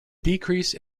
decrease